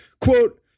quote